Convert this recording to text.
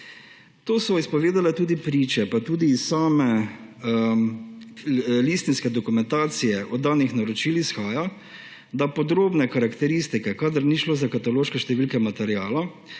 To so izpovedale tudi priče. Pa tudi iz listinske dokumentacije oddanih naročil izhaja, da podrobne karakteristike, kadar ni šlo za kataloške številke materiala,